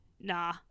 nah